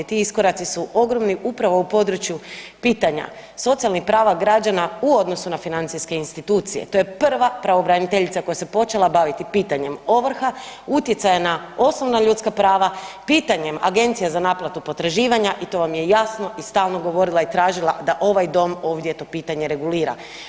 Ti iskoraci su ogromni upravo u području pitanja socijalnih prava građana u odnosu na financijske institucije, to je prva pravobraniteljica koja se počela baviti pitanjem ovrha, utjecaja na osnovna ljudska prava, pitanjem Agencija za naplatu potraživanja i to vam je jasno i stalno govorila i tražila da ovaj Dom ovdje to pitanje regulira.